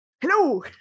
hello